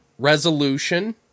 Resolution